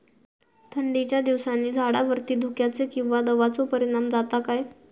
थंडीच्या दिवसानी झाडावरती धुक्याचे किंवा दवाचो परिणाम जाता काय?